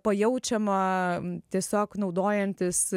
pajaučiama tiesiog naudojantis